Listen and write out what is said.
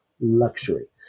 luxury